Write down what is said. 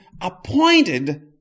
appointed